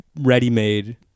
ready-made